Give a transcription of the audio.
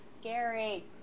scary